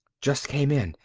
just came in,